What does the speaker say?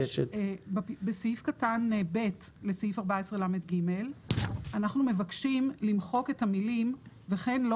בסעיף קטן (ב) לסעיף 14לג אנחנו מבקשים למחוק את המלים "וכן לא